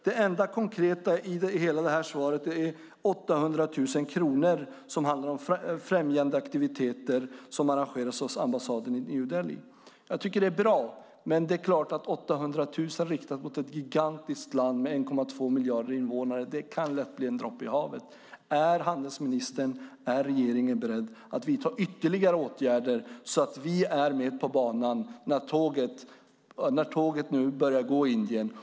Det enda konkreta i svaret är 800 000 kronor för främjandeaktiviteter som arrangeras av ambassaden i New Delhi. Jag tycker att det är bra. Men det är klart att 800 000 riktat till ett gigantiskt land med 1,2 miljarder invånare kan lätt bli en droppe i havet. Är handelsministern och regeringen beredda att vidta ytterligare åtgärder så att vi är med på banan när tåget nu börjar gå i Indien?